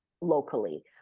locally